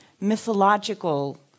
mythological